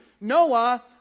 Noah